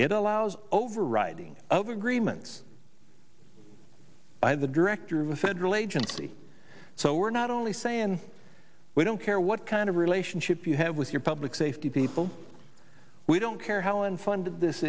it allows overwriting of agreements by the director of a federal agency so we're not only saying we don't care what kind of relationship you have with your public safety people we don't care how unfunded this